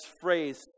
phrase